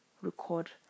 record